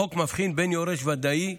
החוק מבחין בין "יורש ודאי",